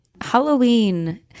Halloween